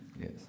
Yes